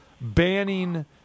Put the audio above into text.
banning